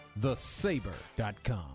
TheSaber.com